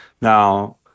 Now